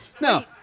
No